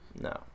No